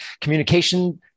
communication